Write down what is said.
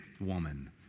woman